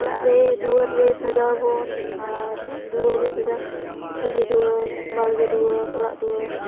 ᱚᱲᱟᱜ ᱨᱮ ᱫᱩᱣᱟᱹᱨ ᱨᱮ ᱥᱟᱡᱟᱣ ᱟᱵᱚᱱ ᱟᱨ ᱫᱩᱣᱟᱹᱨ ᱨᱮ ᱥᱟᱡᱟᱣ ᱠᱩᱞᱦᱤ ᱫᱩᱣᱟᱹᱨ ᱵᱟᱲᱜᱮ ᱫᱩᱣᱟᱹᱨ ᱚᱲᱟᱜ ᱫᱩᱣᱟᱹᱨ